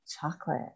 chocolate